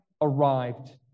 arrived